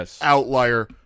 outlier